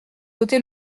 ôter